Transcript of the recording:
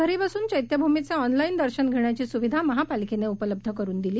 घरीबसूनचैत्यभूमीचेऑनलाईनदर्शनघेण्याचीस्विधामहापालिकेनेउपलब्धकरूनदिली